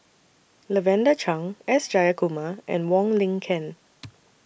Lavender Chang S Jayakumar and Wong Lin Ken